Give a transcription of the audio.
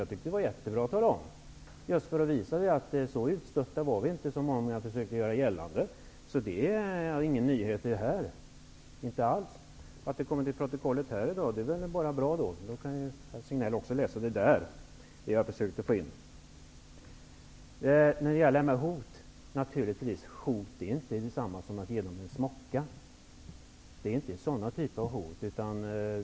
Jag tyckte att det var jättebra att tala om det, just för att visa att vi inte var så utstötta som många hade försökt göra gällande. Detta är alls inte någon nyhet. Att det kommer med i dagens protokoll är bara bra. Herr Signell kan ju då läsa om detta i protokollet. Naturligtvis är hot inte detsamma som att ge någon en smocka. Det är inte sådana hot det är fråga om.